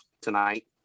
tonight